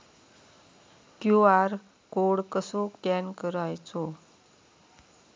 QR code कसो scan करायचो?